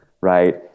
Right